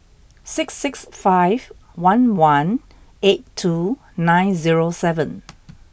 six six five one one eight two nine zero seven